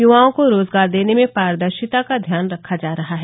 युवाओं को रोजगार देने में पारदर्शिता का ध्यान रखा जा रहा है